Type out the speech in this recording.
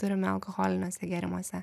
turime alkoholiniuose gėrimuose